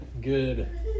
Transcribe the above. good